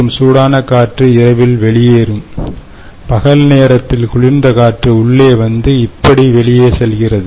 மற்றும் சூடான காற்று இரவில் வெளியேறும் பகல் நேரத்தில் குளிர்ந்த காற்று உள்ளே வந்து இப்படி வெளியே செல்கிறது